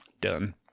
done